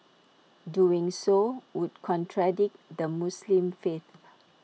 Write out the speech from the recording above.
doing so would contradict the Muslim faith